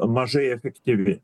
mažai efektyvi